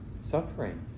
suffering